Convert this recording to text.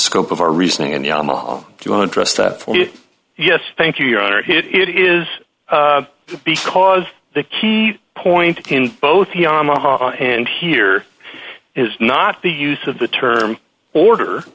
scope of our reasoning and yama you don't trust that yes thank you your honor it is because the key point in both yamaha and here is not the use of the term order